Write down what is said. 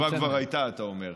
תשובה כבר הייתה, אתה אומר.